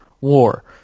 war